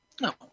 No